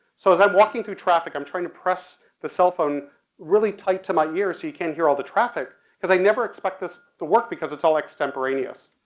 so as i'm walking through traffic i'm trying to press the cell phone really tight to my ear so you can't hear all the traffic cause i never expected this to work because it's all extemporaneous.